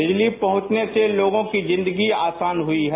बिजली पहुंचने से लोगों की जिंदगी आसान हुई है